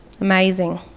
Amazing